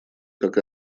как